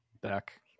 back